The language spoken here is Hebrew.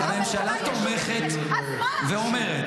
לא, לא.